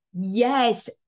yes